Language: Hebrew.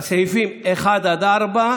על סעיפים 1 4,